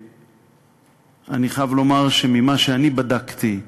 אני חייב לומר שממה שאני בדקתי,